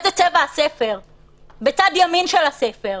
איזה צבע הספר בצד ימין של הספר?